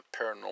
paranormal